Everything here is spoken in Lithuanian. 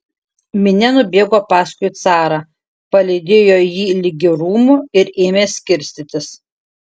minia nubėgo paskui carą palydėjo jį ligi rūmų ir ėmė skirstytis